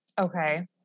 Okay